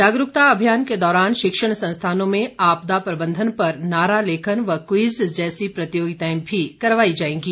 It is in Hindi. जागरूकता अभियान के दौरान शिक्षण संस्थानों में आपदा प्रबंधन पर नारा लेखन व क्विज जैसी प्रतियोगिताएं भी करवाई जाएंगी